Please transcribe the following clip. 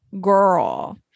girl